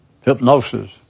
Hypnosis